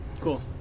Cool